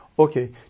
Okay